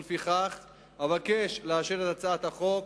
ולפיכך אבקש לאשר את הצעת החוק